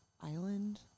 Island